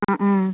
ആ ആ